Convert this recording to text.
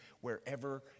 wherever